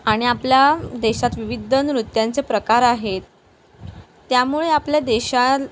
आणि आपल्या देशात विविध नृत्यांचे प्रकार आहेत त्यामुळे आपल्या देशात